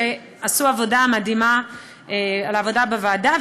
שעשו עבודה מדהימה בעבודה בוועדה.